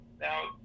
Now